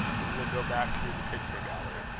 we will go back through the picture gallery.